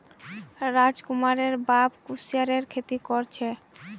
राजकुमारेर बाप कुस्यारेर खेती कर छे